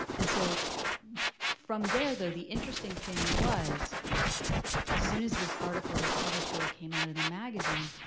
and so from there though, the interesting thing was as soon as this article, this cover story, came out in the magazine,